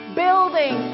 building